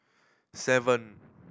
seven